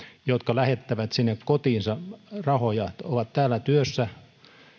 jotka lähettävät sinne kotiinsa rahoja ovat työssä